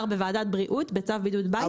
בוועדת בריאות בצו בידוד בית והוא לכולם.